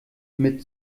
mit